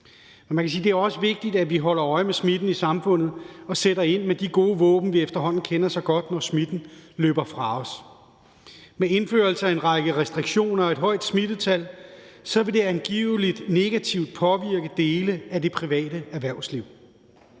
Det er også vigtigt, at vi holder øje med smitten i samfundet og sætter ind med de gode våben, vi efterhånden kender så godt, når smitten løber fra os. Med indførelsen af en række restriktioner ved et højt smittetal vil det angiveligt påvirke dele af det private erhvervsliv